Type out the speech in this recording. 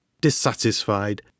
dissatisfied